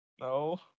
no